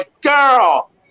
Girl